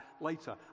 later